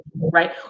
right